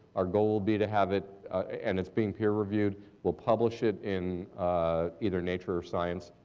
our goal will be to have it and it's being peer reviewed we'll publish it in either nature or science,